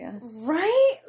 Right